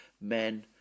men